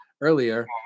earlier